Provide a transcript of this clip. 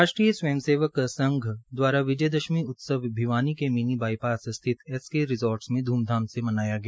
राष्ट्रीय स्वयंसेवक संघ द्वारा विजय दशमी उत्सव भिवानी के मिनी बाईपास स्थित एस के रिसोर्टस में धूमधाम से मनाया गया